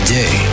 day